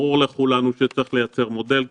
ברור לכולנו שצריך לייצר מודל כזה.